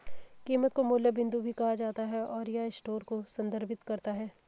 कीमत को मूल्य बिंदु भी कहा जाता है, और यह स्टोर को संदर्भित करता है